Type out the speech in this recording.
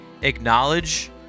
acknowledge